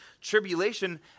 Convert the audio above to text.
tribulation